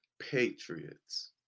Patriots